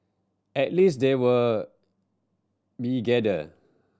at least they were we gather